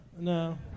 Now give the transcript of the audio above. No